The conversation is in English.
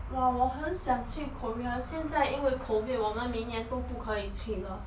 !wah! 我很想去 korea 现在因为 covid 我们明年都不可以去了